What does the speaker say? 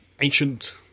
ancient